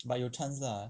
but 有 chance lah